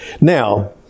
Now